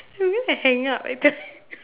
do we hang up at the